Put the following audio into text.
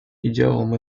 идеалам